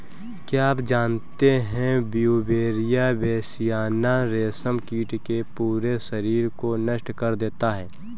क्या आप जानते है ब्यूवेरिया बेसियाना, रेशम कीट के पूरे शरीर को नष्ट कर देता है